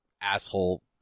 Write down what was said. asshole